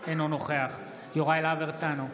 אינו נוכח יוראי להב הרצנו,